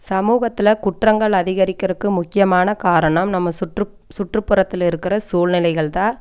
சமூகத்தில் குற்றங்கள் அதிகரிக்கிறதுக்கு முக்கியமான காரணம் நம்ம சுற்றுப் சுற்றுப்புறத்தில் இருக்கிற சூழ்நிலைகள் தான்